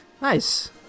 Nice